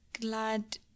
glad